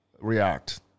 react